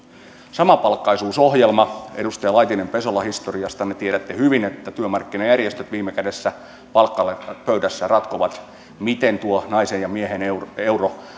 samapalkkaisuusohjelma edustaja laitinen pesola historiastanne tiedätte hyvin että työmarkkinajärjestöt viime kädessä palkkapöydässä ratkovat miten tuo naisen ja miehen euro euro